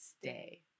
stay